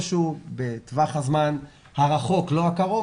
בטווח הזמן הרחוק לא הקרוב,